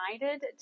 united